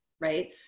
right